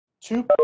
two